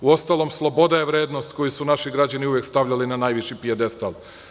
Uostalom, sloboda je vrednost koju su naši građani uvek stavljali na najviši pijedestal.